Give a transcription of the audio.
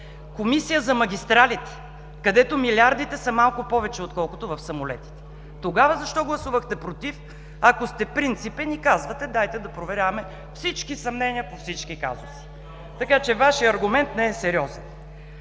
Комисия за магистралите, където милиардите са малко повече, отколкото в самолетите? Тогава защо гласувахте „против“, ако сте принципен и казвате „Дайте да проверяваме всички съмнения по всички казуси“? Така че Вашият аргумент не е сериозен.